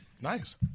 nice